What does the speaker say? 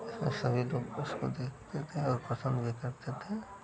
उसमें सभी लोग उसको देखते थे और पसन्द भी करते थे